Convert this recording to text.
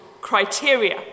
criteria